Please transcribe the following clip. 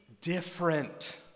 different